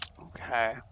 Okay